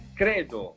credo